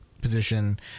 position